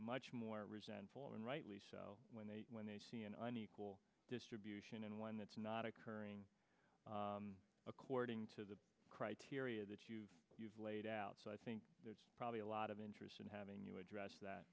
much more resentful and rightly so when they when they see an unequal distribution and when that's not occurring according to the criteria that you've laid out so i think there's probably a lot of interest in having you address that